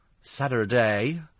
Saturday